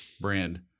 brand